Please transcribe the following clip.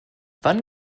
wann